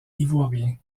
ivoirien